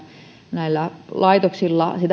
näillä laitoksilla